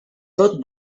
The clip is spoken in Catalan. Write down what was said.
tot